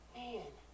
man